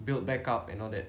build back up and all that